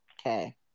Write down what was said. Okay